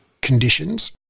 conditions